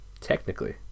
Technically